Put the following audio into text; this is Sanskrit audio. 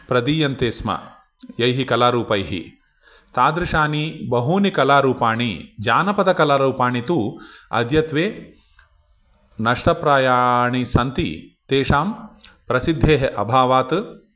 प्रदीयन्ते स्म यैः कलारूपैः तादृशानि बहूनि कलारूपाणि जानपदकलारूपाणि तु अद्यत्वे नष्टप्रायाणि सन्ति तेषां प्रसिद्धेः अभावात्